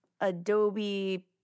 adobe